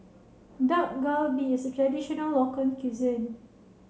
Dak Galbi is a traditional local cuisine